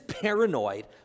paranoid